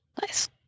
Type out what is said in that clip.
Nice